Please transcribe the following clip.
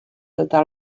datar